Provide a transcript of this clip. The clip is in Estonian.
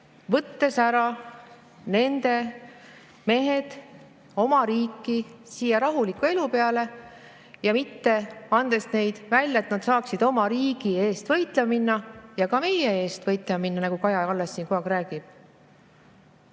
võttes ära nende mehed oma riiki rahuliku elu peale ja mitte andes neid välja, et nad saaksid oma riigi eest võitlema minna ja ka meie eest võitlema minna, nagu Kaja Kallas siin kogu aeg räägib.